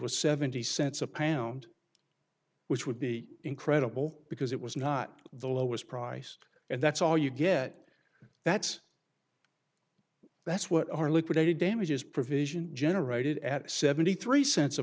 was seventy cents a pound which would be incredible because it was not the lowest price and that's all you get that's that's what our liquidated damages provision generated at seventy three cents a